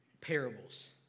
parables